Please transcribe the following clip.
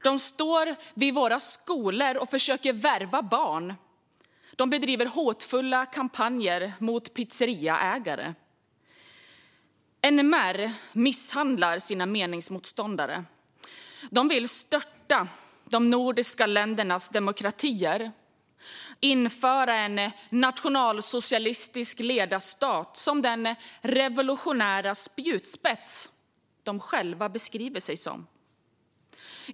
De står vid våra skolor och försöker värva barn, och de bedriver hotfulla kampanjer mot pizzeriaägare. NMR misshandlar sina meningsmotståndare. De vill störta de nordiska ländernas demokratier, införa en "nationalsocialistisk ledarstat" som den "revolutionära spjutspets" de själva beskriver sig som.